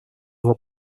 его